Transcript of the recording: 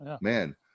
man